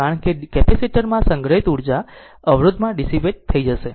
કારણ કે કેપેસિટર માં સંગ્રહિત ઉર્જા અવરોધમાં ડીસીપેટ થઈ જશે